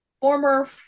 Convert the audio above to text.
former